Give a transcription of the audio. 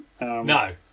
No